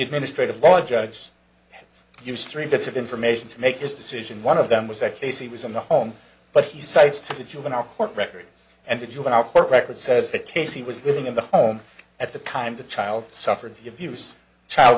administrative law judge use three bits of information to make his decision one of them was that casey was in the home but he cites to juvenile court records and the juvenile court records says that casey was living in the home at the time the child suffered the abuse a child